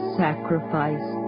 sacrifice